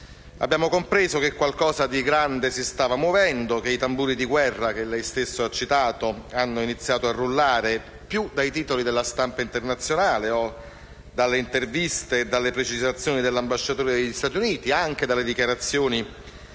abbiamo compreso che qualcosa di grande si stava muovendo e che i tamburi di guerra, che lei stesso ha citato, avevano iniziato a rullare principalmente dai titoli della stampa internazionale, dalle interviste e dalle precisazioni dell'ambasciatore degli Stati Uniti e anche dalle dichiarazioni